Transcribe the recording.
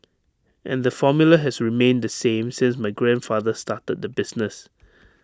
and the formula has remained the same since my grandfather started the business